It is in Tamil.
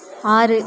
ஆறு